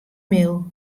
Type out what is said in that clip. mail